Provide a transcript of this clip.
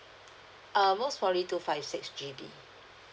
err most probably two five six G_B